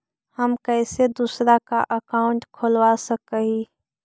हम कैसे दूसरा का अकाउंट खोलबा सकी ही?